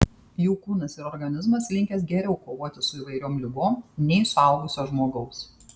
jų kūnas ir organizmas linkęs geriau kovoti su įvairiom ligom nei suaugusio žmogaus